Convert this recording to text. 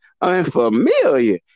unfamiliar